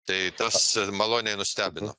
tai tas maloniai nustebino